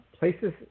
Places